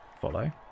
follow